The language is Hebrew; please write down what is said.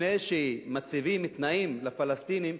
לפני שמציבים תנאים לפלסטינים,